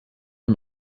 dem